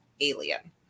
alien